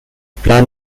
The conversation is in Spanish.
plan